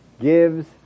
gives